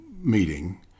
meeting